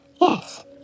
Yes